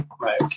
Right